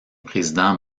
président